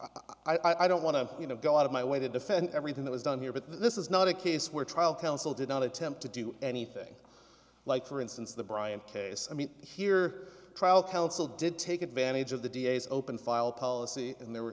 i don't want to go out of my way to defend everything that was done here but this is not a case where trial counsel did not attempt to do anything like for instance the bryant case i mean here trial counsel did take advantage of the d a s open file policy and there were